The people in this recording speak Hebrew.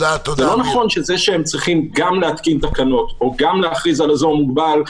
לא נכון שזה שהם צריכים גם להתקין תקנות או גם להכריז על אזור מוגבל,